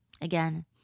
Again